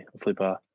Flipper